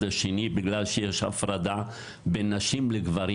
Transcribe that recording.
השני בגלל שיש הפרדה בין נשים לגברים",